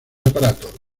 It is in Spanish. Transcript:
aparatos